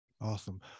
Awesome